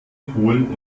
kohlen